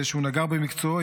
שהוא נגר במקצועו,